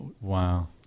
Wow